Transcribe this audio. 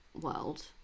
world